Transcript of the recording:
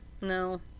no